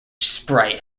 sprite